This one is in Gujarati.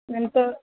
એમ તો